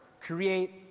create